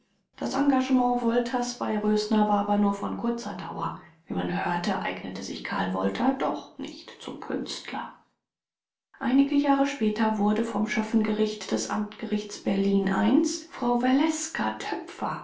das engagement wolters bei rösner war aber nur von kurzer dauer wie man hörte eignete sich karl wolter doch nicht zum künstler einige jahre später wurde vom schöffengericht des amtsgerichts berlin i frau valeska töpffer